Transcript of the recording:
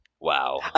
Wow